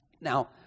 Now